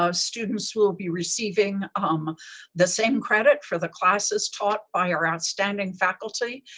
um students will be receiving um the same credit for the classes taught by our outstanding faculty.